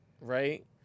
right